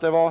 Det var